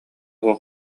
суох